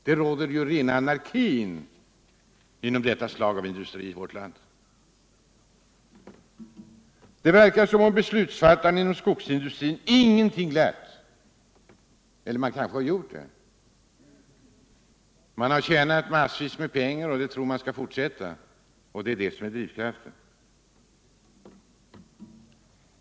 Det råder rena anarkin inom detta slag av industri i vårt land. Det verkar som om beslutsfattarna inom skogsindustrin ingenting lärt. Eller kanske man har gjort det. Man har tjänat massvis med pengar och tror att man skall kunna fortsätta med det. Det är drivkraften.